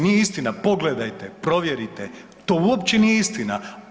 Nije istina, pogledajte, provjerite to uopće nije istina.